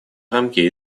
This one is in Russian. рамки